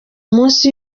munsi